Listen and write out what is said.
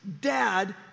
dad